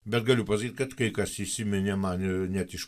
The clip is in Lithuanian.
bet galiu pasakyt kad kai kas įsiminė man ir net iš